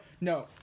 no